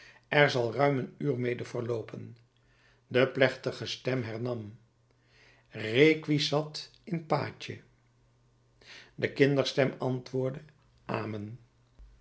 er zal ruim een uur mede verloopen de plechtige stem hernam requiescat in pace de kinderstem antwoordde amen